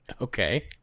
Okay